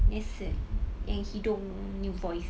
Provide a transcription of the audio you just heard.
nasal yang hidung punya voice